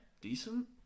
Decent